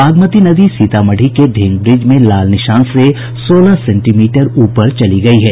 बागमती नदी सीतामढ़ी के ढेंगब्रिज में लाल निशान से सोलह सेंटीमीटर ऊपर चली गयी है